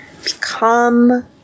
become